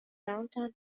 downtown